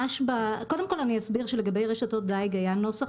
קודם כל אני אסביר שלגבי רשתות דייג היה נוסח